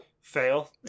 fail